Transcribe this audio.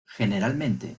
generalmente